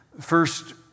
First